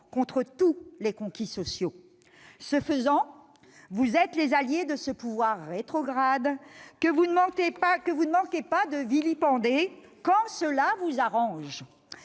ne faut pas exagérer ! Ce faisant, vous êtes les alliés de ce pouvoir rétrograde que vous ne manquez pas de vilipender quand cela vous arrange